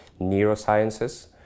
neurosciences